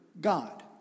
God